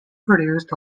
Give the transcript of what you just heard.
produced